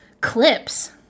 clips